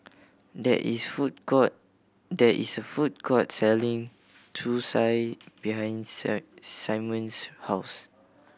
there is food court there is a food court selling Zosui behind Simon's house